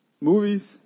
Movies